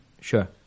sure